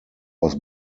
was